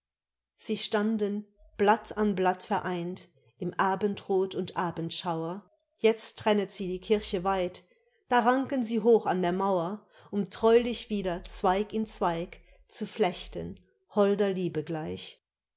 sie standen blatt an blatt vereint im abendroth und abendschauer jetzt trennet sie die kirche weit da ranken sie hoch an der mauer um treulich wieder zweig in zweig zu flechten holder liebe gleich